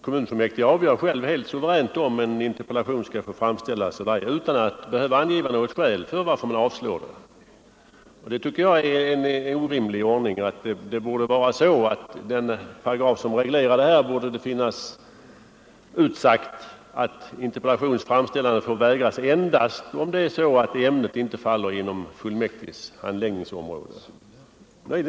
Kommunfullmäktige avgör suveränt om en interpellation skall få framställas eller inte, och det är en orimlig ordning. I den paragraf som reglerar detta borde det stå att interpellations framställande får vägras endast om ämnet inte faller inom fullmäktiges handläggningsområde.